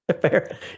Fair